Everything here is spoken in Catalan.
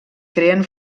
creen